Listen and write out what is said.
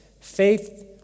faith